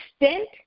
extent